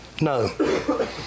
No